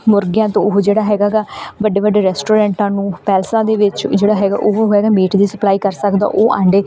ਮੁਰਗਿਆਂ ਤੋਂ ਉਹ ਜਿਹੜਾ ਹੈਗਾ ਗਾ ਵੱਡੇ ਵੱਡੇ ਰੈਸਟੋਰੈਂਟਾਂ ਨੂੰ ਪੈਲਸਾਂ ਦੇ ਵਿੱਚ ਜਿਹੜਾ ਹੈਗਾ ਉਹ ਹੈਗਾ ਮੀਟ ਦੀ ਸਪਲਾਈ ਕਰ ਸਕਦਾ ਉਹ ਆਂਡੇ